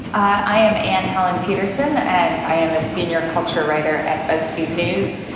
i am anne helen petersen and i am a senior culture writer at buzzfeed news,